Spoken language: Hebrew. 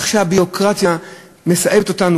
אבל הביורוקרטיה מסאבת אותנו.